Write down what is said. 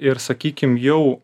ir sakykim jau